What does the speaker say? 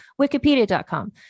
wikipedia.com